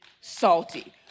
salty